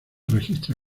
registra